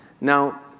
Now